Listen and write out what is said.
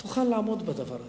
תוכל לעמוד בדבר הזה?